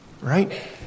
right